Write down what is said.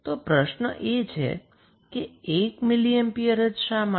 તો પ્રશ્ન એ છે કે 1 મિલિ એમ્પિયર શા માટે